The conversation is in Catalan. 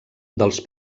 dels